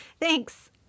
Thanks